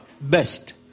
Best